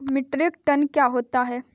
Metric tonne क्या होता है?